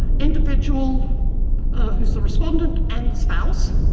individual ah who's the respondent and the spouse,